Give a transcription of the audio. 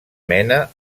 mena